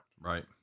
Right